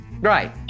Right